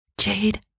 Jade